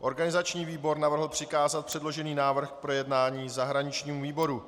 Organizační výbor navrhl přikázat předložený návrh k projednání zahraničnímu výboru.